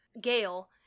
Gail